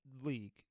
league